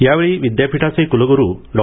यावेळी विद्यापीठाचे कुलगुरू डॉ